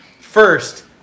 First